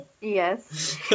yes